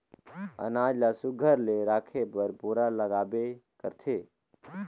अनाज ल सुग्घर ले राखे बर बोरा लागबे करथे